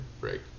break